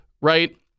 right